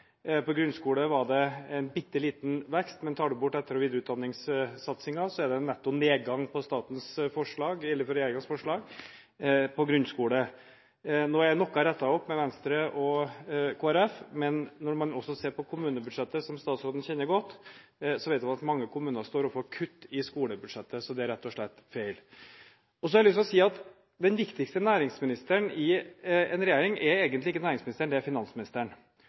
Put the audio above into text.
På grunnskole var det en bitte liten vekst, men tar en bort etter- og videreutdanningssatsingen, er det en netto nedgang i regjeringens forslag på grunnskole. Nå er noe rettet opp med Venstre og Kristelig Folkeparti, men når man ser på kommunebudsjettet, som statsråden kjenner godt, ser vi at mange kommuner står overfor kutt i skolebudsjettet, så det er rett og slett feil. Så har jeg lyst til å si at den viktigste næringsministeren i en regjering, er egentlig ikke næringsministeren, det er finansministeren.